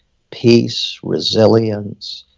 peace, resilience,